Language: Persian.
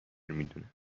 میدونم